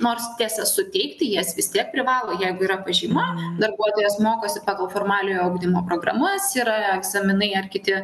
nors tiesa suteikti jas vis tiek privalo jeigu yra pažyma darbuotojas mokosi pagal formaliojo ugdymo programas yra egzaminai ar kiti